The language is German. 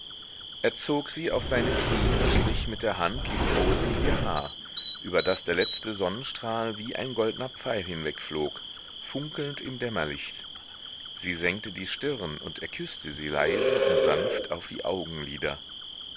er zog sie auf seine knie und strich mit der hand liebkosend ihr haar über das der letzte sonnenstrahl wie ein goldner pfeil hinwegflog funkelnd im dämmerlicht sie senkte die stirn und er küßte sie leise und sanft auf die augenlider